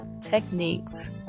techniques